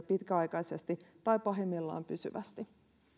pitkäaikaisesti tai pahimmillaan pysyvästi